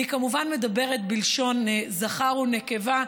אני כמובן מדברת בלשון זכר ונקבה,